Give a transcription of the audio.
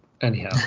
Anyhow